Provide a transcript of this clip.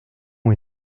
ont